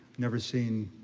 never seen,